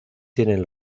tienen